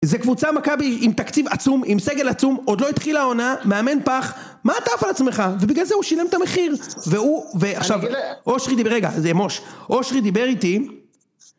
זה קבוצה מכבי עם תקציב עצום, עם סגל עצום, עוד לא התחיל העונה, מאמן פח, מה אתה עף על עצמך? ובגלל זה הוא שילם את המחיר. והוא... ועכשיו, אושרי דיבר... רגע, זה מוש. אושרי דיבר איתי...